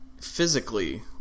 physically